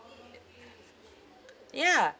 yeah